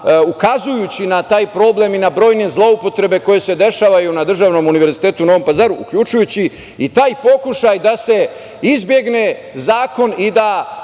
ukazujući na taj problem i na brojne zloupotrebe koje se dešavaju na Državnom univerzitetu u Novom Pazaru, uključujući i taj pokušaj da se izbegne zakon i da